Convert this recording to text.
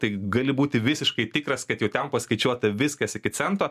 tai gali būti visiškai tikras kad jau ten paskaičiuota viskas iki cento